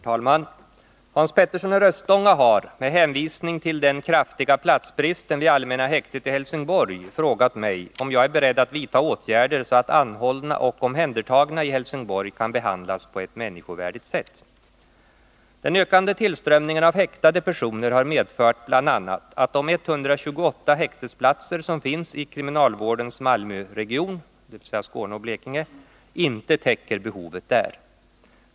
Herr talman! Hans Petersson i Röstånga har — med hänvisning till den kraftiga platsbristen vid allmänna häktet i Helsingborg — frågat mig om jag är beredd att vidta åtgärder, så att anhållna och omhändertagna i Helsingborg kan behandlas på ett människovärdigt sätt. Den ökande tillströmningen av häktade personer har medfört bl.a. att de 128 häktesplatser som finns i kriminalvårdens Malmöregion inte täcker behovet där.